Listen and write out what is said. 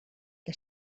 que